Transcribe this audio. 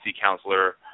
counselor